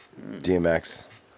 DMX